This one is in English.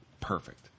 perfect